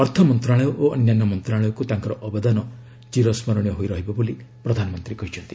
ଅର୍ଥ ମନ୍ତ୍ରଣାଳୟ ଓ ଅନ୍ୟାନ୍ୟ ମନ୍ତ୍ରଣାଳୟକୁ ତାଙ୍କର ଅବଦାନ ଚିର ସ୍କରଣୀୟ ହୋଇ ରହିବ ବୋଲି ପ୍ରଧାନମନ୍ତ୍ରୀ କହିଚ୍ଛନ୍ତି